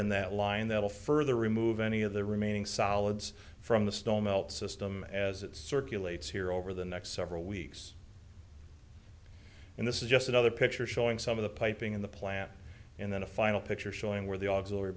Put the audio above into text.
in that line that will further remove any of the remaining solids from the stone melt system as it circulates here over the next several weeks and this is just another picture showing some of the piping in the plant and then a final picture showing where the auxiliary